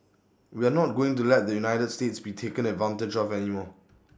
we are not going to let the united states be taken advantage of any more